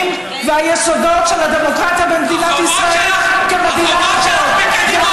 והיסודות של הדמוקרטיה במדינת ישראל כמדינת חוק.